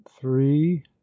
three